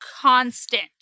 constant